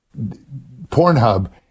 Pornhub